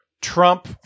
Trump